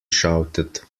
shouted